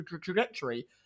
trajectory